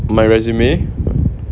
my resume